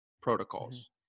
protocols